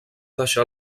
deixar